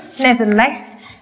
nevertheless